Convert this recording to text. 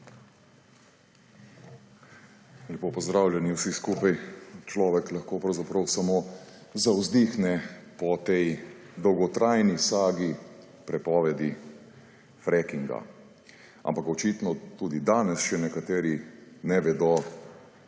Lepo pozdravljeni vsi skupaj! Človek lahko pravzaprav samo zavzdihne po tej dolgotrajni sagi prepovedi frackinga, ampak očitno tudi danes še nekateri ne vedo,